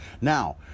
Now